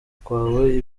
kwawe